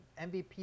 MVP